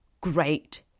great